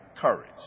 Courage